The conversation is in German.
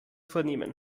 vernehmen